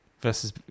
Versus